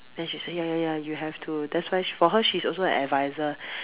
then she says ya ya you have to that's why for her she's also an advisor